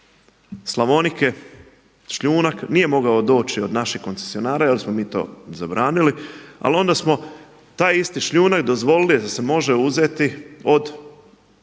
Slavonike šljunak nije mogao doći od naših koncesionara jer smo mi to zabranili. Ali onda smo taj isti šljunak dozvolili da se može uzeti od